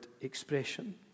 expression